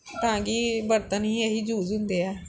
ਤਾਂ ਕਿ ਬਰਤਨ ਹੀ ਇਹੀ ਯੂਜ ਹੁੰਦੇ ਹੈ